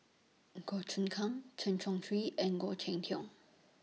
Goh Choon Kang Chen Chong Swee and Khoo Cheng Tiong